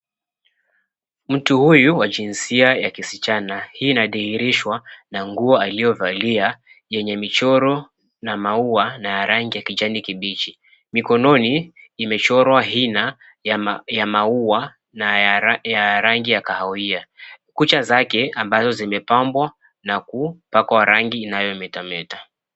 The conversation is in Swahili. Mtu huyu wa jinsia ya kisichana, hii inadhihirishwa na nguo iliyovalia, yenye michoro na maua ya rangi ya kijani kibichi. Mikononi imechorwa hina ya maua, na ya rangi ya kahawia. Kucha zake ambazo zimepambwa na kupakwa rangi ambayo inametameta.